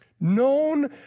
known